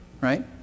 right